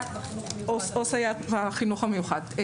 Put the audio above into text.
או סייעת בחינוך המיוחד מקבלת מענק,